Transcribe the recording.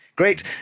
Great